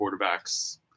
quarterbacks